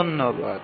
ধন্যবাদ